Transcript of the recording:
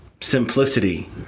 simplicity